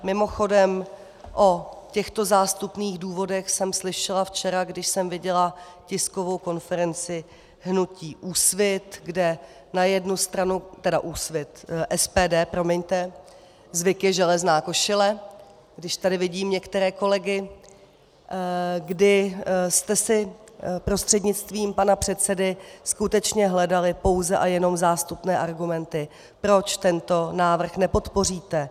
Mimochodem o těchto zástupných důvodech jsem slyšela včera, když jsem viděla tiskovou konferenci hnutí Úsvit, kde na jednu stranu promiňte, SPD, zvyk je železná košile, když tady vidím některé kolegy kdy jste si prostřednictvím pana předsedy skutečně hledali pouze a jenom zástupné argumenty, proč tento návrh nepodpoříte.